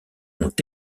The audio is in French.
ont